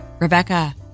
rebecca